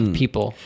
people